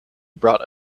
brought